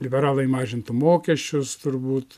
liberalai mažintų mokesčius turbūt